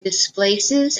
displaces